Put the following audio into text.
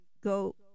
go